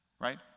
right